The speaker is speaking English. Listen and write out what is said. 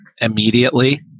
immediately